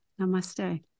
Namaste